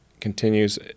continues